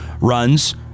runs